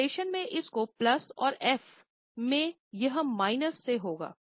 operation में इस को प्लस और एफ में यह माइनस से होगा